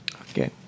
Okay